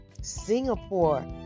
singapore